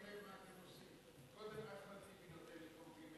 אתם שמים לב מה אתם עושים?